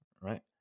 right